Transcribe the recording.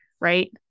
right